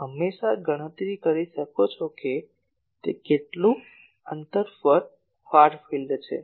હંમેશાં ગણતરી કરી શકો છો કે તે કેટલું અંતર પર ફાર ફિલ્ડ છે